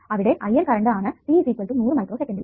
അവിടെ IL current ആണ് t 100 മൈക്രോസെക്കന്റിൽ